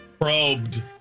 Probed